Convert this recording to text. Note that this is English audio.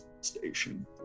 station